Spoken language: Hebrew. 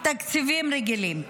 תקציבים רגילים.